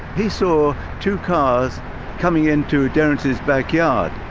he saw two cars coming into derrance's backyard.